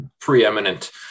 preeminent